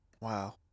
Wow